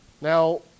Now